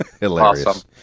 hilarious